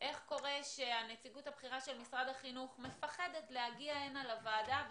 איך קורה שהנציגות הבכירה של משרד הבריאות מפחדת להגיע הנה לוועדה,